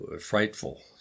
frightful